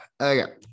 Okay